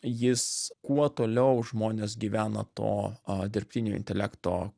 jis kuo toliau žmonės gyvena to dirbtinio intelekto